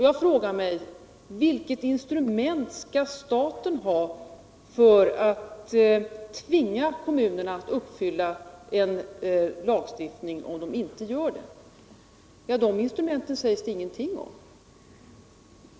Jag frågar mig: Vilka instrument skall staten ha för att tvinga kommuner att efterleva en lagstiftning. Det sägs ingenting om dessa instrument.